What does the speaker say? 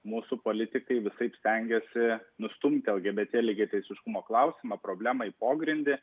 mūsų politikai visaip stengėsi nustumti lgbt lygiateisiškumo klausimą problemą į pogrindį